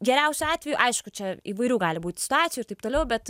geriausiu atveju aišku čia įvairių gali būt situacijų ir taip toliau bet